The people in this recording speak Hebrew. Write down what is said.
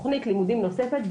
תכנית לימודים נוספת,